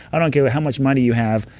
i don't care how much money you have,